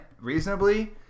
reasonably